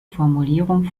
formulierung